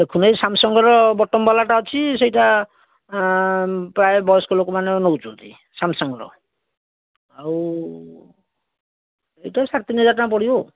ଦେଖୁନ ଏଇ ସାମ୍ସଙ୍ଗର ବଟମ୍ ବାଲାଟା ଅଛି ସେଇଟା ପ୍ରାୟ ବୟସ୍କ ଲୋକମାନେ ନେଉଛନ୍ତି ସାମ୍ସଙ୍ଗର ଆଉ ଏଇଟା ସାଢ଼େ ତିନି ହଜାର ପଡ଼ିବ